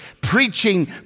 Preaching